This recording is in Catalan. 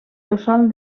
tossal